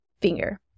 finger